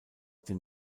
dem